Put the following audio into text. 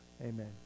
Amen